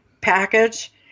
package